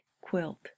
quilt